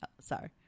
Sorry